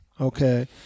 Okay